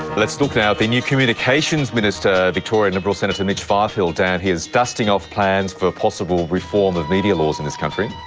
let's look now at the new communications minister, victorian liberal senator mitch fifield and his dusting-off plans for possible reform of media laws in this country.